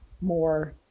more